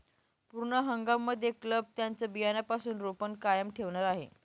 पूर्ण हंगाम मध्ये क्लब त्यांचं बियाण्यापासून रोपण कायम ठेवणार आहे